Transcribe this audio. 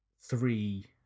three